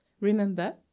Remember